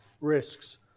risks